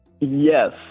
Yes